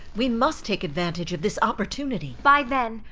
we must take advantage of this opportunity. by then,